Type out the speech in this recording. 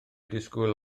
disgwyl